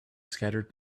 scattered